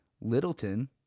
Littleton